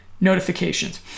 notifications